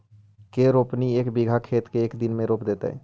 के रोपनी एक बिघा खेत के एक दिन में रोप देतै?